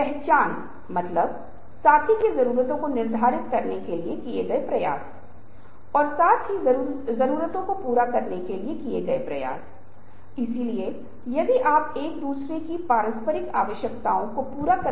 इससे पहले यदि आप 20 वीं शताब्दी के शुरुआती भाग को देख रहे हैं तो 16 वीं 17 वीं शताब्दी से आगे भी चित्रण पाठ का पूरक था आज पाठ चित्रण का पूरक है